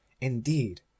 indeed